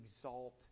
exalt